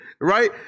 Right